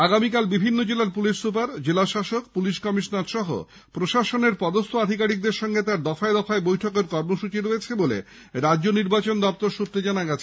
আগামীকাল বিভিন্ন জেলার পুলিশ সুপার জেলাশাসক পুলিশ কমিশনার সহ প্রশাসনের পদস্থ আধিকারিকদের সঙ্গে তাঁর দফায় দফায় বৈঠকের কর্মসৃচী রয়েছে বলে রাজ্য নির্বাচন দপ্তর সৃত্রে জানা গেছে